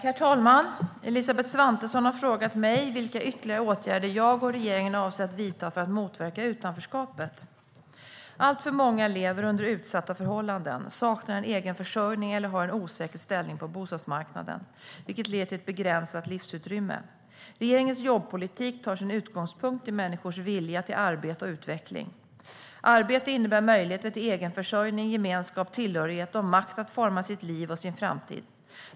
Herr talman! Elisabeth Svantesson har frågat mig vilka ytterligare åtgärder jag och regeringen avser att vidta för att motverka utanförskapet. Alltför många lever under utsatta förhållanden, saknar en egen försörjning eller har en osäker ställning på bostadsmarknaden, vilket leder till ett begränsat livsutrymme. Regeringens jobbpolitik tar sin utgångspunkt i människors vilja till arbete och utveckling. Arbete innebär möjligheter till egenförsörjning, gemenskap, tillhörighet och makt att forma sitt liv och sin framtid.